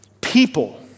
People